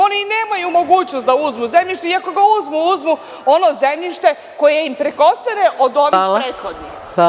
Oni i nemaju mogućnosti da uzmu zemljište i ako ga uzmu, uzmu ono zemljište koje im ostane od onihprethodnih.